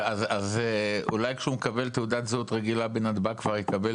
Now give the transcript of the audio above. אז אולי שהוא מקבל תעודת זהות רגילה בנתב"ג כבר יקבל